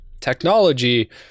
technology